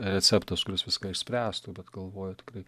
receptas kuris viską išspręstų bet galvoju tikrai